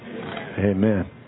Amen